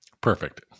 Perfect